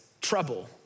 trouble